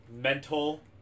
Mental